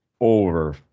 over